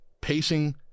pacing